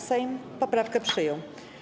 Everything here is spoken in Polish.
Sejm poprawkę przyjął.